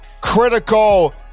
critical